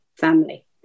family